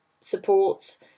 support